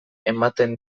ematen